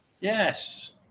Yes